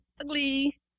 ugly